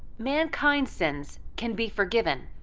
mankind's sins can be forgiven,